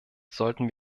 sollten